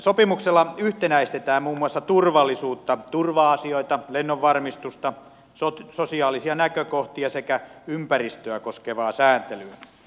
sopimuksella yhtenäistetään muun muassa turvallisuutta turva asioita lennonvarmistusta sosiaalisia näkökohtia sekä ympäristöä koskevaa sääntelyä